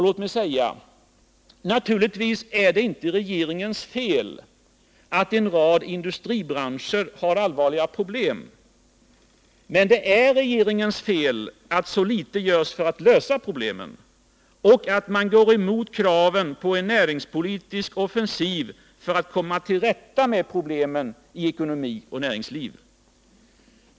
Låt mig säga: Naturligtvis är det inte regeringens fel att en rad industribranscher har allvarliga problem. Men det är regeringens fel att så litet görs för att lösa problemen. Det är fel att gå emot kraven på en näringspolitisk offensiv för att komma till rätta med problemen i ekonomi och näringsliv.